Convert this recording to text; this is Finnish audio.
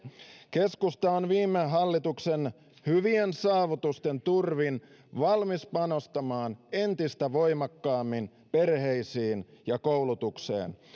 keskusta on viime hallituksen hyvien saavutusten turvin valmis panostamaan entistä voimakkaammin perheisiin ja koulutukseen